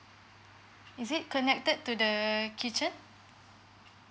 is it connected to the kitchen